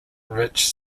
rich